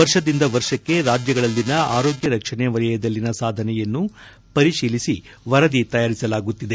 ವರ್ಷದಿಂದ ವರ್ಷಕ್ಕೆ ರಾಜ್ಯಗಳಲ್ಲಿನ ಆರೋಗ್ಗ ರಕ್ಷಣೆ ವಲಯದಲ್ಲಿನ ಸಾಧನೆಯನ್ನು ಪರಿಶೀಲಿಸಿ ವರದಿ ತಯಾರಿಸಲಾಗುತ್ತಿದೆ